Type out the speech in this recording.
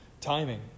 Timing